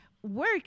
work